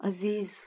Aziz